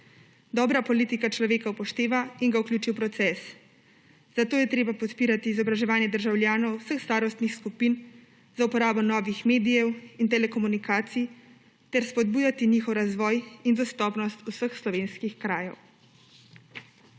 Dobra politika človeka upošteva in ga vključi v proces. Zato je treba podpirati izobraževanje državljanov vseh starostnih skupin za uporabo novih medijev in telekomunikacij ter spodbujati njihov razvoj in dostopnost vseh slovenskih krajev.